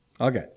Okay